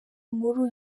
nkuru